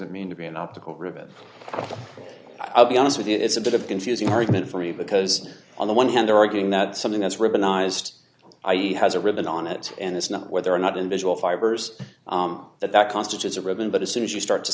it mean to be an optical ribbon i'll be honest with you it's a bit of a confusing argument for me because on the one hand they're arguing that something that's written ised i e has a ribbon on it and it's not whether or not in visual fibers that that constitutes a ribbon but as soon as you start to